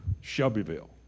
shelbyville